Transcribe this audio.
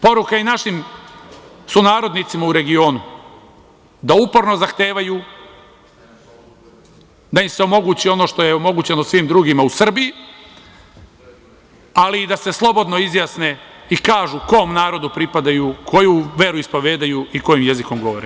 Poruka i našim sunarodnicima u regionu da uporno zahtevaju da im se omogući ono što je omogućeno svim drugima u Srbiji, ali i da se slobodno izjasne i kažu kom narodu pripadaju, koju veru ispovedaju i kojim jezikom govore.